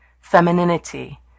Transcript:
femininity